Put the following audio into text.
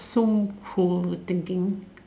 so cruel thinking